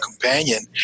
companion